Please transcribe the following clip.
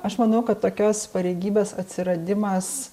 aš manau kad tokios pareigybės atsiradimas